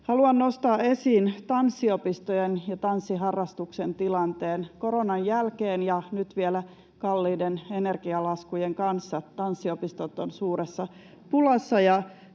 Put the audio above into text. Haluan nostaa esiin tanssiopistojen ja tanssiharrastuksen tilanteen. Koronan jälkeen ja nyt vielä kalliiden energialaskujen kanssa tanssiopistot ovat suuressa pulassa,